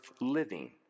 living